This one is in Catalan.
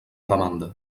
demanda